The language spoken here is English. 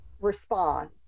respond